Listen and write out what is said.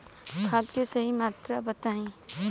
खाद के सही मात्रा बताई?